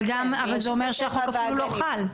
אבל זה אומר שהחוק אפילו לא חל.